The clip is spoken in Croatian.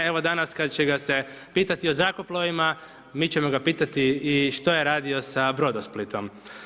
Evo danas kada će ga se pitati o zrakoplovima mi ćemo ga pitati i što je radio sa Brodosplitom.